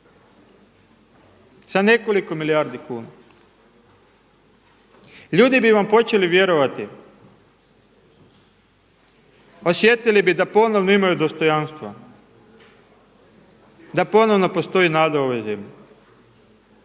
sa nekoliko milijardi kuna. Ljudi bi vam počeli vjerovati, osjetili bi da ponovno imaju dostojanstva, da ponovno postoji nada u ovom zemlji.